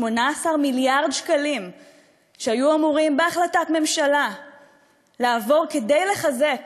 18 מיליארד שקלים שהיו אמורים לעבור בהחלטת ממשלה כדי לחזק